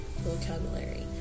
vocabulary